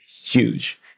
huge